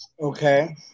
Okay